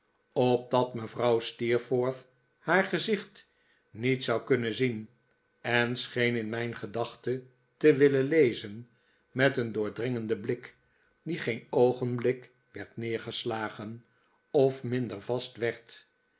opdat mevrouw steerforth haar gezicht niet zou kunnen zien en scheen in mijn gedachten te willen lezen met een doordringenden blik die geen oogenblik werd neergeslagen of minder vast